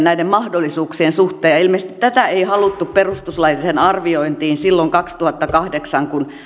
näiden mahdollisuuksien suhteen ilmeisesti tätä ei haluttu perustuslailliseen arviointiin silloin kaksituhattakahdeksan kun